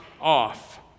off